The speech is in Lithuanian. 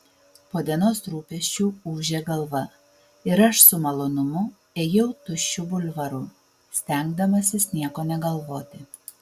po dienos rūpesčių ūžė galva ir aš su malonumu ėjau tuščiu bulvaru stengdamasis nieko negalvoti